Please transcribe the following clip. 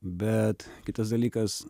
bet kitas dalykas